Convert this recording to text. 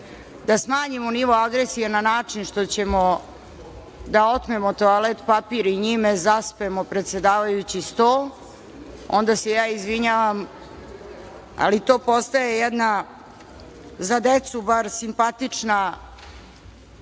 da smanjimo nivo agresije na način što ćemo da otmemo toalet papir i njime zaspemo predsedavajući sto, onda se ja izvinjavam, ali to postaje jedna, za decu bar simpatična,